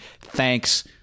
Thanks